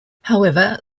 however